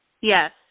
Yes